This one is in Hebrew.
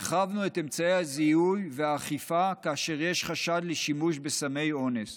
הרחבנו את אמצעי הזיהוי והאכיפה כאשר יש חשד לשימוש בסמי אונס,